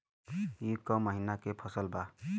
ई क महिना क फसल बा?